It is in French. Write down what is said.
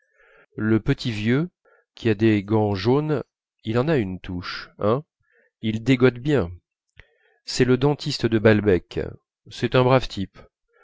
le petit vieux qui a des gants jaunes il en a une touche hein il dégotte bien c'est le dentiste de balbec c'est un brave type